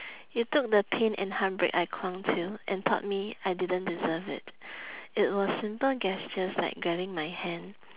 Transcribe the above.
you took the pain and heartbreak I clung to and taught me I didn't deserve it it was simple gestures like grabbing my hand